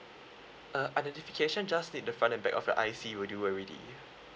uh identification just need the front and back of the I_C will do already